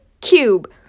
Cube